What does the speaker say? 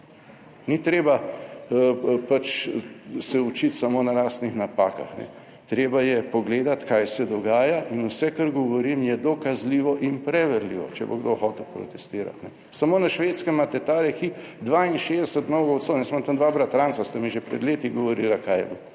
Ni treba pač se učiti samo na lastnih napakah. Treba je pogledati kaj se dogaja in vse, kar govorim, je dokazljivo in preverljivo, če bo kdo hotel protestirati. Samo na Švedskem imate ta hip 62 / nerazumljivo/ - jaz imam tam dva bratranca, sta mi že pred leti govorila, kaj je bilo